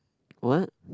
what